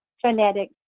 phonetic